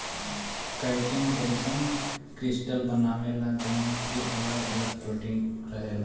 chitin जईसन crystal बनावेला जवना के अगल अगल प्रोटीन रहेला